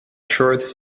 shorts